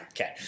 Okay